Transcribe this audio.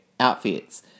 outfits